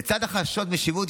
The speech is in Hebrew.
לצד החשש משיבוט,